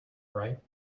right